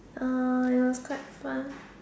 uh it was quite fun